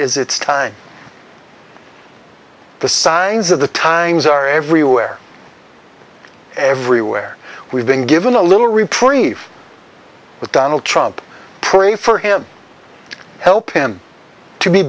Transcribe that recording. is it's time the signs of the times are everywhere everywhere we've been given a little reprieve with donald trump pray for him help him to